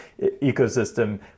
ecosystem